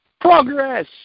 Progress